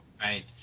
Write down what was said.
Right